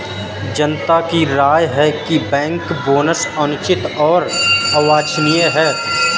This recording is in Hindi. जनता की राय है कि बैंक बोनस अनुचित और अवांछनीय है